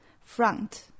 front